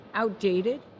outdated